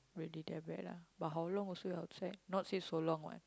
really that bad lah but how long also you out sack not say so long what